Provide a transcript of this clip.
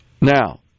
Now